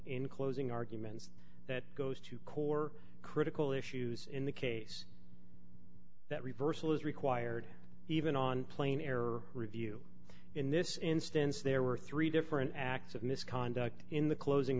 closing arguments that goes to core critical issues in the case that reversal is required even on plain error review in this instance there were three different acts of misconduct in the closing